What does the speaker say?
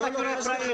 למי אתה קורא פראים?